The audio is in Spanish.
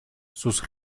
sus